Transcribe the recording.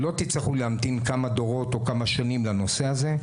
לא תצטרכו להמתין כמה שנים או כמה דורות לנושא הזה.